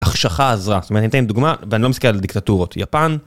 החשכה עזרה. זאת אומרת, אני אתן דוגמה, ואני לא מסתכל על דיקטטורות, יפן...